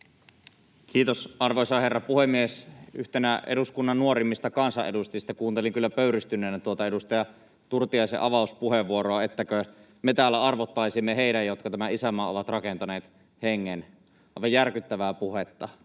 Kiitos, arvoisa herra puhemies! Yhtenä eduskunnan nuorimmista kansanedustajista kuuntelin kyllä pöyristyneenä tuota edustaja Turtiaisen avauspuheenvuoroa. Ettäkö me täällä arvottaisimme heidän, jotka tämän isänmaan ovat rakentaneet, henkensä? Aivan järkyttävää puhetta.